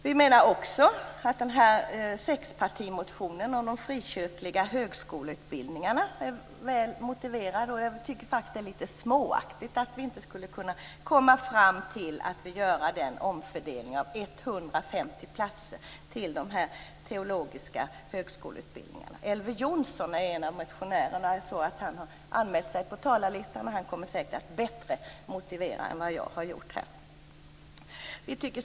Vi menar också att sexpartimotionen om de frikyrkliga högskoleutbildningarna är väl motiverad. Jag tycker faktiskt att det är litet småaktigt att vi inte skulle kunna komma fram till att göra den omfördelningen av 150 platser till de här högskoleutbildningarna. Elver Jonsson är en av motionärerna. Jag såg att han har anmält sig på talarlistan, och han kommer säkert att motivera detta bättre än jag har gjort.